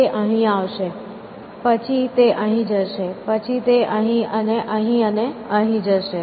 તે અહીં આવશે પછી તે અહીં જશે પછી તે અહીં અને અહીં અને અહીં જશે